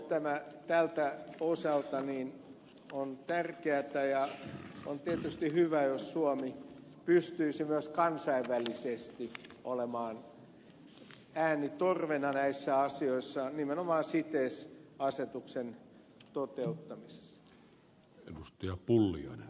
tämä tältä osalta on tärkeätä ja on tietysti hyvä jos suomi pystyisi myös kansainvälisesti olemaan äänitorvena näissä asioissa nimenomaan cites asetuksen toteuttamisessa